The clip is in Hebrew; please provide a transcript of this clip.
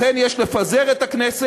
לכן יש לפזר את הכנסת.